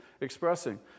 expressing